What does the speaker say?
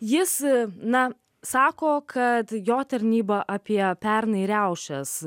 jis na sako kad jo tarnyba apie pernai riaušes